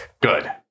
Good